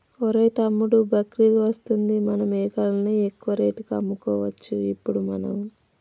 ఒరేయ్ తమ్ముడు బక్రీద్ వస్తుంది మన మేకలను ఎక్కువ రేటుకి అమ్ముకోవచ్చు ఇప్పుడు మనము